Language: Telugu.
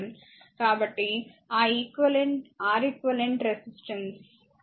కాబట్టి ఆ R eq ఈక్వివలెంట్ రెసిస్టెన్స్